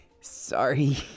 sorry